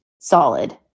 solid